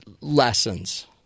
lessons